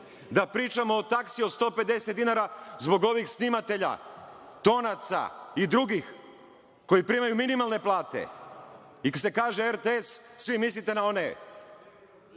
da pričamo o taksi od 150 dinara zbog ovih snimatelja, tonaca i drugih koji primaju minimalne plate. Kad se kaže RTS svi mislite na one